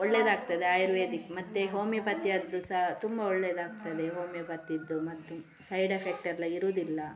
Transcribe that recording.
ಒಳ್ಳೆದಾಗ್ತದೆ ಆಯುರ್ವೇದಿಕ್ ಮತ್ತೆ ಹೋಮಿಯೋಪತಿಯದ್ದು ಸಹ ತುಂಬ ಒಳ್ಳೆದಾಗ್ತದೆ ಹೋಮಿಯೋಪತಿದ್ದು ಮದ್ದು ಸೈಡ್ ಎಫೆಕ್ಟ್ ಎಲ್ಲ ಇರೋದಿಲ್ಲ